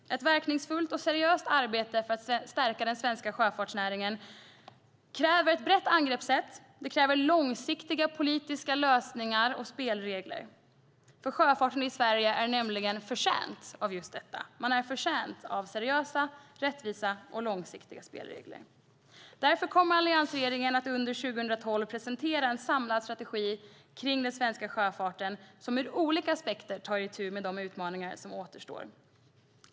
Ett verkningsfullt och seriöst arbete för att stärka den svenska sjöfartsnäringen kräver ett brett angreppssätt. Det kräver långsiktiga politiska lösningar och spelregler. Sjöfarten i Sverige är nämligen förtjänt av just detta, av seriösa, rättvisa och långsiktiga spelregler. Därför kommer alliansregeringen att under 2012 presentera en samlad strategi för den svenska sjöfarten som ur olika aspekter tar itu med de utmaningar som återstår.